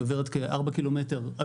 היא עוברת כארבע קילומטר,